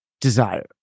desire